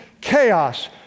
Chaos